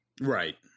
Right